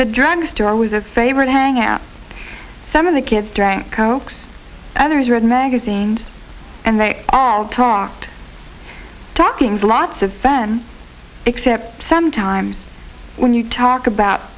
the drugstore was a favorite hangout some of the kids drank cokes others read magazines and they all talked talkings lots of fun except sometimes when you talk about